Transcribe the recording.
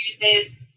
uses